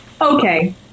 okay